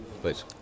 please